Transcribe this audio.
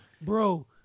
Bro